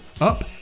Up